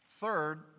Third